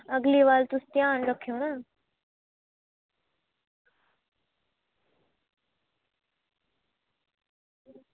अगली बारी तुस ध्यान रक्खेओ ना